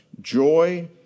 Joy